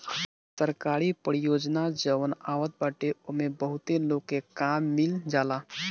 सरकारी परियोजना जवन आवत बाटे ओमे बहुते लोग के काम मिल जाला